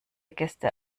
gäste